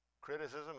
Criticism